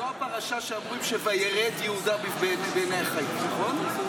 זה הפרשה שאומרים "וירד יהודה" --- נכון?